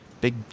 big